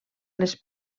les